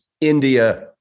India